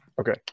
okay